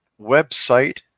website